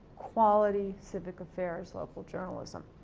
quality, civic affairs local journalism.